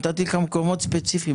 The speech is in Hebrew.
נתתי לך מקומות ספציפיים.